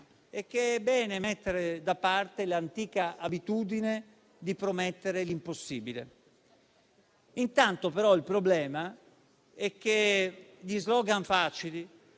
e che è bene mettere da parte l'antica abitudine di promettere l'impossibile. Intanto, però, il problema è che gli slogan facili